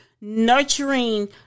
nurturing